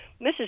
Mrs